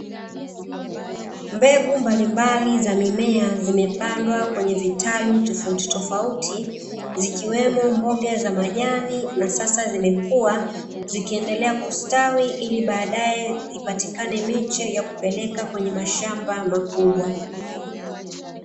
Mbegu mbalimbali za mimea zimepandwa kwenye vitalu tofautitofauti zikiwemo mboga za majani na sasa zimekuwa, zikiendelea kustawi ili baadae ipatikane miche ya kupeleka kwenye mashamba makubwa.